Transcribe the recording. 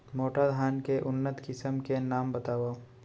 मोटा धान के उन्नत किसिम के नाम बतावव?